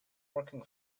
working